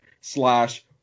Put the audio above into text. slash